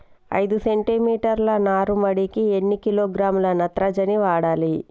ఐదు సెంటిమీటర్ల నారుమడికి ఎన్ని కిలోగ్రాముల నత్రజని వాడాలి?